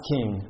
King